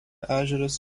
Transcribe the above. ežeras